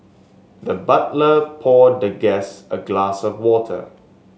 the butler poured the guest a glass of water